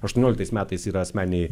aštuonioliktais metais yra asmeninėj